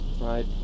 right